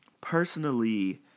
personally